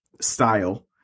style